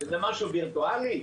זה משהו וירטואלי?